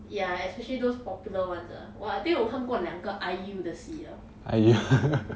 ya especially those popular ones ah !wah! I think 我看过两个 IU 的戏了